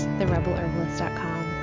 therebelherbalist.com